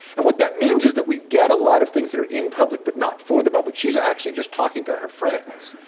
and what that means is that we get a lot of things that are in public, but not for the public. she's actually just talking to her friends.